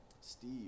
Steve